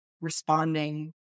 responding